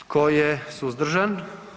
Tko je suzdržan?